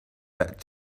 that